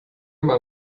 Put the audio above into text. mal